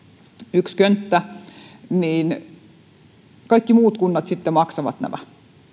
yksi könttä niin miksi tämä taas tehdään niin että kaikki muut kunnat sitten maksavat nämä